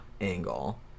angle